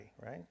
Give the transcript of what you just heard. right